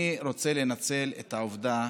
אני רוצה לנצל את העובדה